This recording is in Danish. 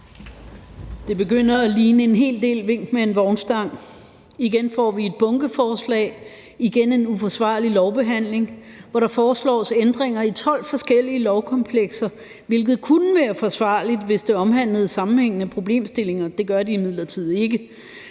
Det begynder at ligne en hel del vink med en vognstang. Igen får vi et bunkeforslag, igen en uforsvarlig lovbehandling, hvor der foreslås ændringer i 12 forskellige lovkomplekser, hvilket kunne være forsvarligt, hvis det omhandlede sammenhængende problemstillinger; det gør det imidlertid ikke.